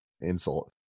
insult